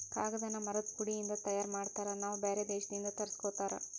ಕಾಗದಾನ ಮರದ ಪುಡಿ ಇಂದ ತಯಾರ ಮಾಡ್ತಾರ ನಾವ ಬ್ಯಾರೆ ದೇಶದಿಂದ ತರಸ್ಕೊತಾರ